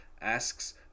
asks